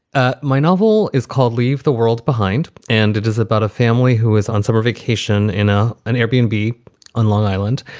ah my novel is called leave the world behind. and it is about a family who is on summer vacation in a an air bmb on long island.